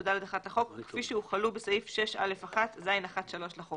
או (ד1) לחוק כפי שהוחלו בסעיף 6א1(ז1(3) לחוק".